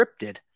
scripted